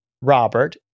Robert